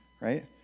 right